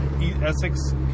Essex